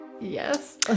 yes